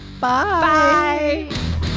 Bye